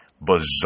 bizarre